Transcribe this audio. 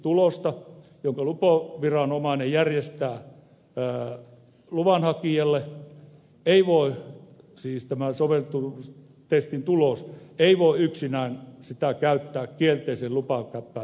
tulosta soveltuvuustestistä jonka lupaviranomainen järjestää luvanhakijalle ei voi siis tämä soveltunut testin tulos ei voida yksinään käyttää kielteisen lupapäätöksen perusteena